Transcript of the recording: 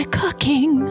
cooking